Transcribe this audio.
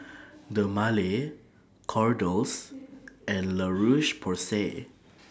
Dermale Kordel's and La Roche Porsay